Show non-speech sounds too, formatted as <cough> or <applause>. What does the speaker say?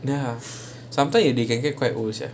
ya <breath> sometimes they can get quite old sia